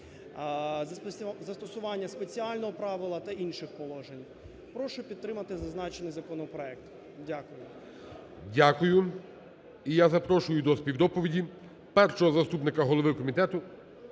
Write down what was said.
застосування спеціального правила та інших положень. Прошу підтримати зазначений законопроект. Дякую. ГОЛОВУЮЧИЙ. Дякую. І я запрошую до співдоповіді першого заступника голови Комітету